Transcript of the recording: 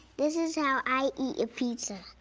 this is how i eat a pizza. mm.